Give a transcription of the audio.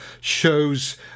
shows